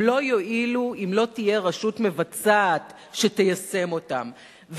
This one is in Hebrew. הם לא יועילו אם לא תהיה רשות מבצעת שתיישם אותם,